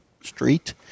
Street